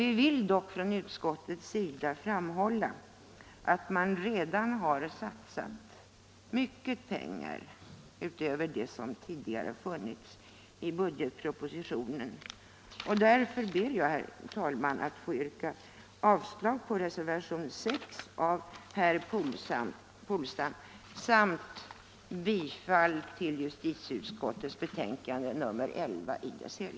Vi vill dock från utskottets sida framhålla att man redan har satsat mycket pengar utöver det som tidigare funnits i budgetpropositionen. Därför ber jag, herr talman, att få yrka avslag på reservationen 6 av Nr 58 herr Polstam m.fl. samt bifall till vad justitieutskottets hemställt på alla Onsdagen den